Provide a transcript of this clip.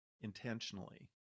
intentionally